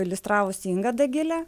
iliustravusi inga dagilė